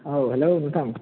औ हेलौ नोंथां